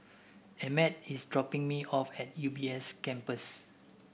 Emett is dropping me off at U B S Campus